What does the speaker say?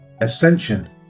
ascension